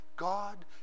God